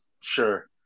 Sure